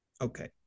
Okay